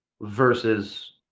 versus